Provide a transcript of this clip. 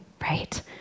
right